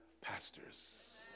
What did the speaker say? pastors